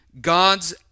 God's